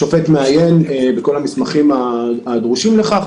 השופט מעיין בכל המסמכים הדרושים לכך,